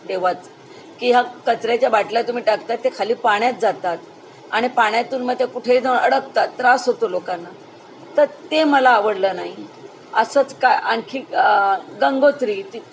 तेव्हाच की ह्या कचऱ्याच्या बाटल्या तुम्ही टाकत आहात ते खाली पाण्यात जातात आणि पाण्यातून मग ते कुठेही जाऊन अडकतात त्रास होतो लोकांना तर ते मला आवडलं नाही असंच काय आणखी गंगोत्री तित्